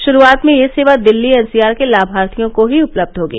श्रुआत में यह सेवा दिल्ली एनसीआर के लामार्थियों को ही उपलब्ध होगी